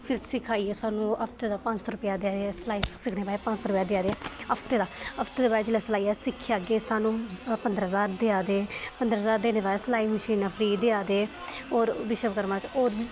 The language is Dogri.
फिर सखाइयै साह्नूं हफ्ते दा पंज सौ रपेऽ देआ दे हफ्ते दा हफ्ते बाद जिसलै अस सिक्खी औगे फिर सखाइयै साह्नूं पंदरां ज्हार देआ दे पंदरां ज्हार देने बाद सिलाई मशीनां फ्री देआ दे होर विश्वकर्मां च होर